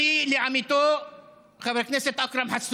דמיינו לרגע שאנחנו יוצאים מתוך הביצה